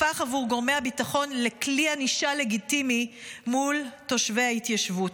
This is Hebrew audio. הפך עבור גורמי הביטחון לכלי ענישה לגיטימי מול תושבי ההתיישבות.